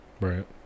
Right